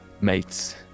mates